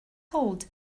hold